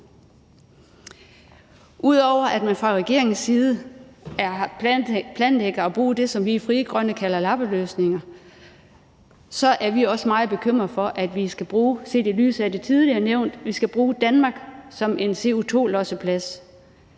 Ud over at man fra regeringens side planlægger at bruge det, som vi i Frie Grønne kalder lappeløsninger, så er vi også meget bekymrede for, at vi set i lyset af